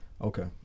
Okay